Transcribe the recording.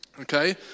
Okay